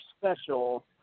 special